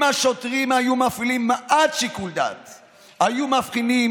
אם השוטרים היו מפעילים מעט שיקול דעת הם היו מבחינים,